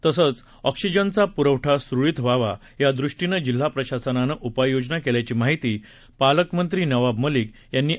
तसचं ऑक्सीजनचा पुरवठा सुरळीत व्हावा यादृष्टीने जिल्हा प्रशासनाने उपाययोजना केल्याची माहिती पालकमंत्री नवाब मलिक यांनी आज दिली